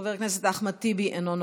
חבר הכנסת אחמד טיבי, אינו נוכח.